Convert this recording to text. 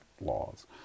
laws